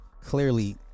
clearly